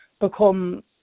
become